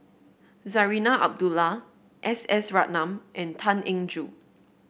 Zarinah Abdullah S S Ratnam and Tan Eng Joo